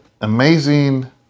amazing